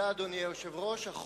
אדוני היושב-ראש, תודה.